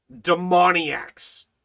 demoniacs